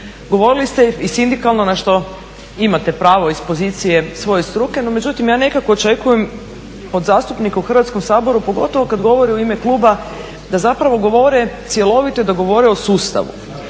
Govorili ste i sindikalno na što imate pravo iz pozicije svoje struke, no međutim ja nekako očekujem od zastupnika u Hrvatskom saboru, pogotovo kad govori u ime kluba, da zapravo govore cjelovito i da govore o sustavu.